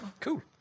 Cool